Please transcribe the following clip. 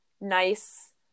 nice